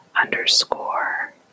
underscore